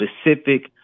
specific